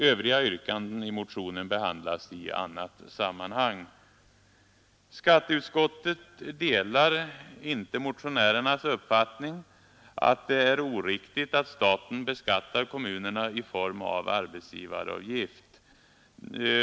Övriga yrkanden i motionen behandlas i annat sammanhang. Skatteutskottet delar inte motionärernas uppfattning att det är oriktigt att staten beskattar kommunerna i form av arbetsgivaravgift.